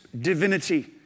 divinity